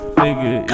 nigga